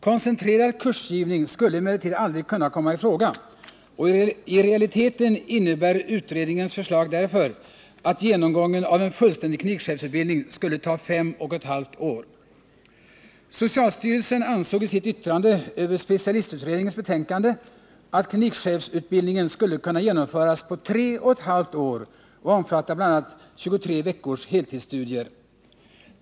Koncentrerad kursgivning skulle emellertid aldrig kunna komma i fråga, och i realiteten innebär utredningens förslag därför att genomgången av en fullständig klinikchefsutbildning skulle ta fem och ett halvt år. Socialstyrelsen ansåg i sitt yttrande över specialistutredningens betänkande att klinikchefsutbildningen skulle kunna genomföras på tre och ett halvt år och omfatta bl.a. 23 veckors heltidsstudier.